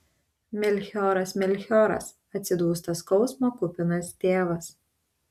melchioras melchioras atsidūsta skausmo kupinas tėvas